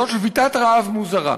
זאת שביתת רעב מוזרה.